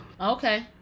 Okay